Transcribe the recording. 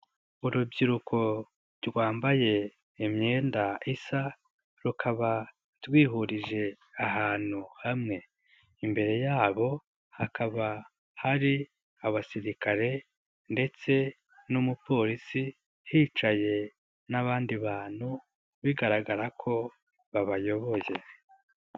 Urubyiruko rwambaye imyenda isa, rukaba rwihurije ahantu hamwe. Imbere yabo hakaba hari abasirikare ndetse n'umupolisi, hicaye n'abandi bantu bigaragara ko babayoboye.